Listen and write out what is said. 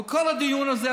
אבל כל הדיון הזה,